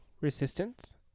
resistance